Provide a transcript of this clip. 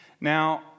Now